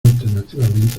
alternativamente